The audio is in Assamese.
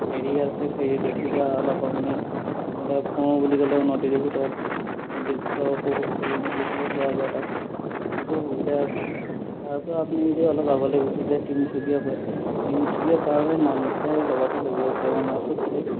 ফেৰী আছে ফেৰী উঠিবা অলপ আপুনি ওলাই ফুৰো বুলি ক'লেও নদীৰ ভিতৰত বা দৃশ্য উপভোগ কৰোঁ বুলি ক'লেও পোৱা যায় তাত এইটোও সুবিধা আছে তাৰপৰা আপুনি যদি অলপ আগলৈ গুচি যায় তিনিচুকীয়াৰ পৰে তিনিচুকীয়া পাৰ হৈ নামচাই লগতে লাগি আছে অৰুণাচল প্ৰদেশ